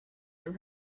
from